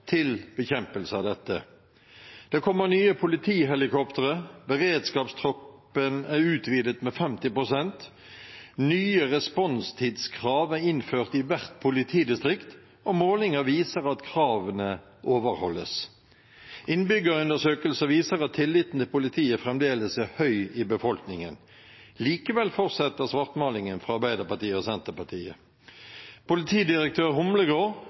til bekjempelse av dette. Det kommer nye politihelikoptre. Beredskapstroppen er utvidet med 50 pst. Nye responstidskrav er innført i hvert politidistrikt, og målinger viser at kravene overholdes. Innbyggerundersøkelser viser at tilliten til politiet fremdeles er høy i befolkningen. Likevel fortsetter svartmalingen fra Arbeiderpartiet og Senterpartiet. Politidirektør